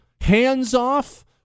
hands-off